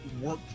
work